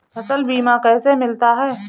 फसल बीमा कैसे मिलता है?